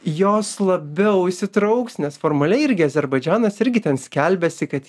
jos labiau įsitrauks nes formaliai irgi azerbaidžanas irgi ten skelbiasi kad